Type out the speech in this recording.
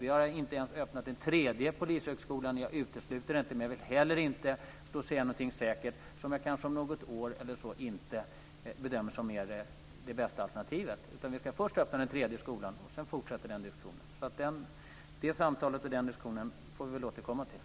Vi har inte ens öppnat en tredje polishögskola. Jag utesluter det inte, men jag vill heller inte säga något säkert som jag kanske om något år inte bedömer som det bästa alternativet. Vi ska först öppna den tredje skolan, och sedan fortsätter diskussionen. Det samtalet och den diskussionen får vi återkomma till.